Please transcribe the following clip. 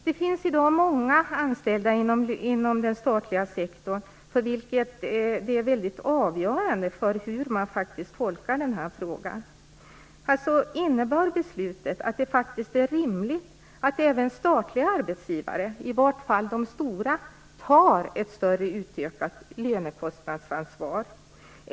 Det finns i dag många anställda inom den statliga sektorn för vilka det är helt avgörande hur man tolkar den här frågan. Innebar beslutet att det är rimligt att även statliga arbetsgivare, i vart fall de stora, tar ett utökat lönekostnadsansvar?